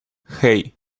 hey